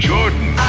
Jordan